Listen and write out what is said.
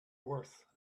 worth